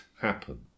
happen